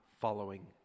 following